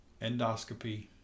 endoscopy